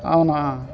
అవునా